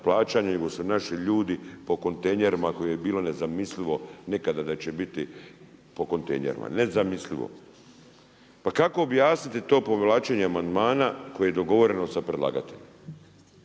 Pa kao objasniti to povlačenje Amandmana koje je dogovoreno za predlagatelja?